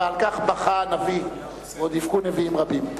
ועל כך בכה הנביא, ועוד יבכו נביאים רבים.